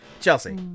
Chelsea